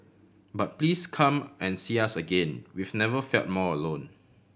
but please come and see us again we've never felt more alone